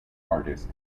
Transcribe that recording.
artist